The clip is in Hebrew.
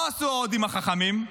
מה עשו ההודים החכמים?